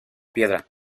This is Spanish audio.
piedra